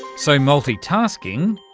so multi-tasking,